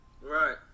Right